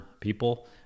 people